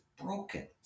broken